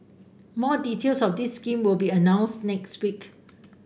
more details of this scheme will be announced next week